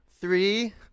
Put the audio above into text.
Three